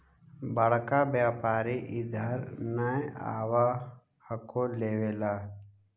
बड़का व्यापारि इधर नय आब हको लेबे ला?